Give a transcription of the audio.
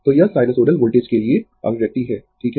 तो यह sinusoidal voltage के लिए अभिव्यक्ति है ठीक है